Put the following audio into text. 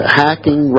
hacking